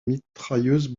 mitrailleuse